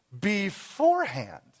beforehand